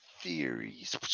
Theories